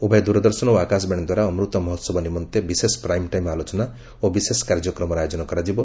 ଉଭୟ ଦୂରଦର୍ଶନ ଓ ଆକାଶବାଣୀ ଦ୍ୱାରା ଅମୂତ ମହୋହବ ନିମନ୍ତେ ବିଶେଷ ପ୍ରାଇମ ଟାଇମ ଆଲୋଚନା ଓ ବିଶେଷ କାର୍ଯ୍ୟକ୍ରମର ଆୟୋଜନ କରାଯାଇଛି